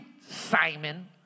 Simon